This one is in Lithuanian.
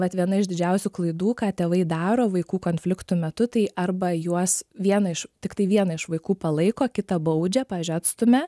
vat viena iš didžiausių klaidų ką tėvai daro vaikų konfliktų metu tai arba juos vieną iš tiktai vieną iš vaikų palaiko kitą baudžia pavyzdžiui atstumia